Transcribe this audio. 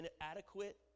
inadequate